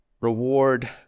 reward